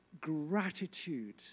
gratitude